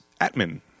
Atman